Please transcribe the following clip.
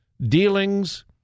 dealings